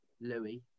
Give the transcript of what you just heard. Louis